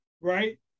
right